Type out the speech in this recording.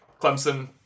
Clemson